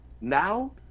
Now